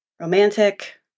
romantic